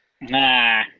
nah